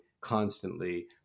constantly